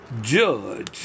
judge